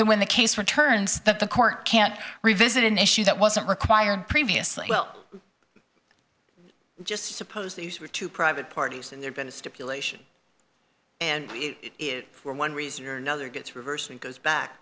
that when the case returns that the court can't revisit an issue that wasn't required previously well just suppose these were two private parties and there'd been a stipulation and if it were one reason or another gets reversed and goes back